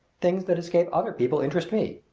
things that escape other people interest me.